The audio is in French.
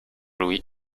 louis